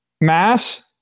mass